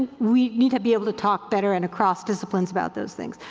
we need to be able to talk better and across disciplines about those things.